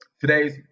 Today's